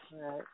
right